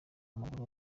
w’amaguru